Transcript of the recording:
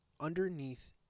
underneath